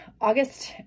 August